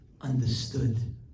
understood